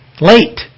Late